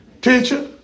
teacher